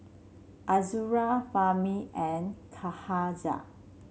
Azura Fahmi and Cahaya